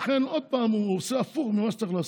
לכן עוד פעם הוא עושה הפוך ממה שהוא צריך לעשות.